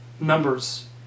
numbers